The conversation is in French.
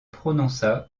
prononça